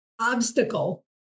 obstacle